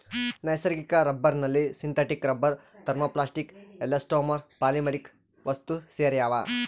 ನೈಸರ್ಗಿಕ ರಬ್ಬರ್ನಲ್ಲಿ synthetic rubber thermoplastic elastomer polymeric ವಸ್ತುಸೇರ್ಯಾವ